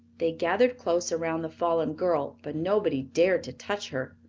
they gathered close around the fallen girl, but nobody dared to touch her.